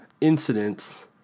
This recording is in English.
incidents